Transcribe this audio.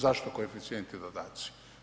Zašto koeficijenti i dodaci?